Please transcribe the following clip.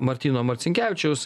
martyno marcinkevičiaus